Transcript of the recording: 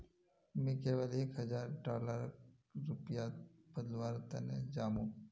मी कैल एक हजार डॉलरक रुपयात बदलवार तने जामु